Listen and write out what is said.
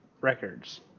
records